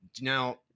Now